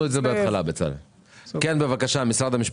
המשפטים, בבקשה.